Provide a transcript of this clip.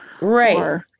Right